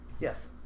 Yes